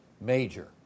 major